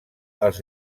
els